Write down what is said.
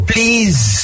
Please